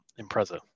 Impreza